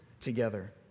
together